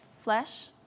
flesh